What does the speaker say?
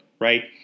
right